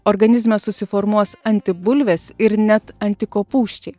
organizme susiformuos antibulvės ir net antikopūsčiai